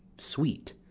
sweet,